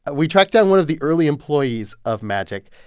ah we tracked down one of the early employees of magic,